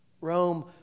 Rome